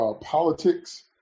politics